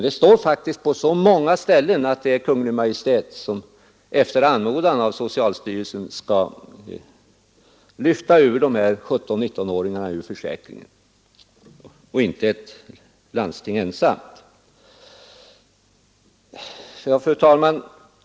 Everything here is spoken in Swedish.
Det står faktiskt på många ställen att det är Kungl. Maj:t som efter anmodan av socialstyrelsen skall lyfta ur 17—19-åringarna ur försäkringen och inte landstinget ensamt. Fru talman!